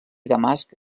damasc